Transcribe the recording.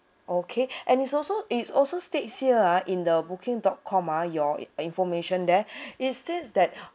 okay and it's also it's also states here ah in the booking dot com ah your information there it states that